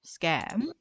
scam